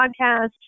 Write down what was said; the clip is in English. podcast